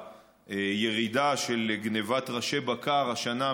שהירידה של גנבת ראשי בקר השנה,